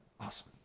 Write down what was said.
Awesome